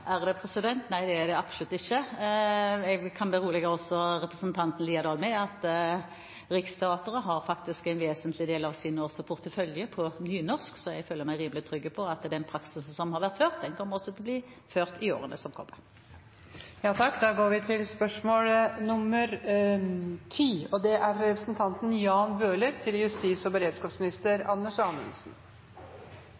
Nei, det er det absolutt ikke. Jeg kan berolige representanten Haukeland Liadal med at Riksteatret faktisk har en vesentlig del av sin årsportefølje på nynorsk. Jeg føler meg rimelig trygg på at den praksisen som har vært før, også kommer til å bli ført i årene som kommer. Spørsmål 9 er besvart tidligere. Vi går til spørsmål 10. Jeg tillater meg å stille følgende spørsmål til justis- og